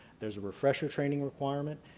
there's a refresher training requirement,